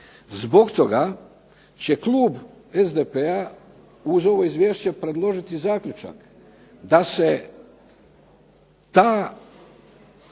Zbog toga će klub SDP-a uz ovo izvješće predložiti zaključak da se taj